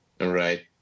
Right